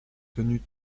tenues